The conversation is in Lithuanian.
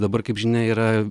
dabar kaip žinia yra